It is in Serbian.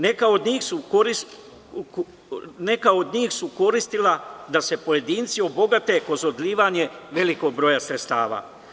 Neka od njih su koristila da se pojedinci obogate kroz odlivanje velikog broja sredstava.